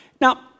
Now